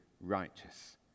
righteous